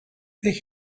they